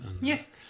Yes